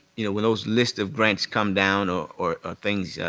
you know, when those list of grants come down or or things,